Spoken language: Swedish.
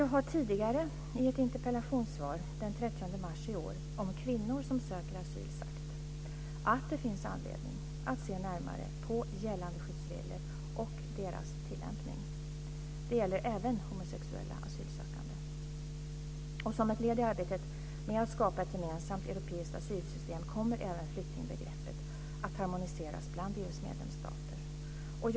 Jag har tidigare i ett interpellationssvar nr 2000/01:299 den 30 mars i år om kvinnor som söker asyl sagt att det finns anledning att se närmare på gällande skyddsregler och deras tillämpning. Detta gäller även homosexuella asylsökande. Som ett led i arbetet med att skapa ett gemensamt europeiskt asylsystem kommer även flyktingbegreppet att harmoniseras bland EU:s medlemsstater.